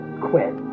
quit